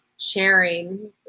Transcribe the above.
sharing